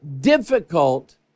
difficult